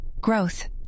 Growth